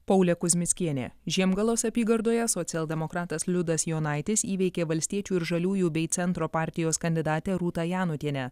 paulė kuzmickienė žiemgalos apygardoje socialdemokratas liudas jonaitis įveikė valstiečių ir žaliųjų bei centro partijos kandidatę rūtą janutienę